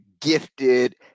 gifted